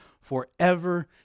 forever